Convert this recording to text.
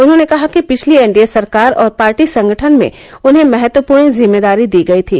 उन्होंने कहा कि पिछली एनडीए सरकार और पार्टी संगठन में उन्हें महत्वपूर्ण जिम्मेदारी दी गई थी